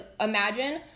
imagine